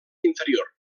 inferior